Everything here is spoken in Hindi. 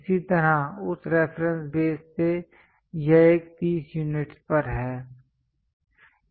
इसी तरह उस रेफरेंस बेस से यह एक 30 यूनिट्स पर है